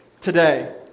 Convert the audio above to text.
today